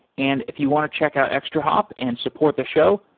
and if you want to check out eextrahop and support the show,